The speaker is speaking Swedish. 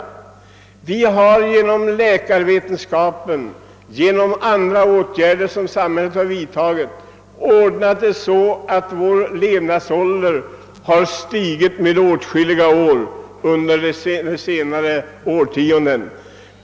Tack vare läkarvetenskapen och tack vare åtgärder från samhällets sida har medellivslängden ökat med åtskilliga år under de senaste årtiondena.